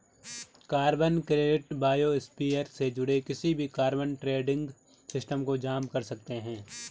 carbon credit biosphere से जुड़े किसी भी कार्बन ट्रेडिंग सिस्टम को जाम कर सकते हैं